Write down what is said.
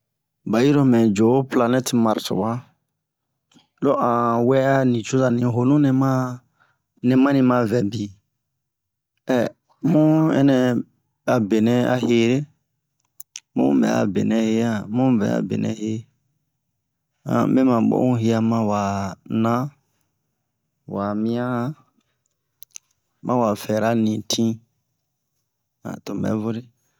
Ba yiro mɛ jo ho pilanɛt marsi wa lo an wɛ'a nicoza ni honu nɛma nɛ mani ma vɛ bin mu ɛnɛ a benɛ a here mu bɛ' a benɛ he han mu bɛ'a benɛ he mɛ ma bo'un hiya ma wa na ma miyan ma wa fɛra nitin tomu bɛ vore